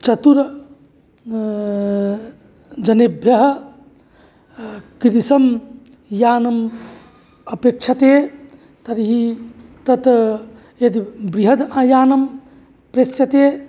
चतुरः जनेभ्यः कीदृशं यानम् अपेक्ष्यते तर्हि तत् यत् बृहद् यानं प्रेष्यते